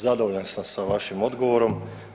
Zadovoljan sam sa vašim odgovorom.